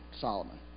Solomon